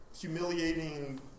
humiliating